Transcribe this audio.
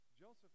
Joseph